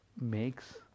makes